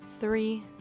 three